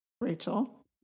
Rachel